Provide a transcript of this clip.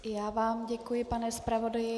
I já vám děkuji, pane zpravodaji.